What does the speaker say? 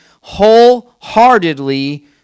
wholeheartedly